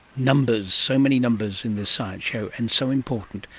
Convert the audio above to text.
numbers, so many numbers in this science show, and so important.